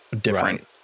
different